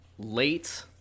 Late